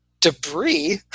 debris